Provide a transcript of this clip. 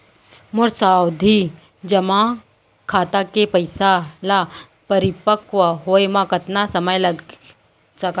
मोर सावधि जेमा खाता के पइसा ल परिपक्व होये म कतना समय लग सकत हे?